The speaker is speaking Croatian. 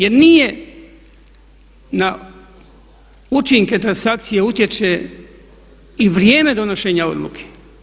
Jer nije, na učinke transakcije utječe i vrijeme donošenja odluke.